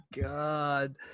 God